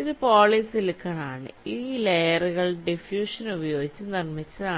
ഇത്പോളിസിലിക്കൺ ആണ് ഈ ലെയറുകളിലെ ഡിഫ്യൂഷൻ ഉപയോഗിച്ച് നിർമ്മിച്ചതാണ്